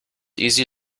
easy